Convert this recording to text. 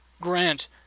grant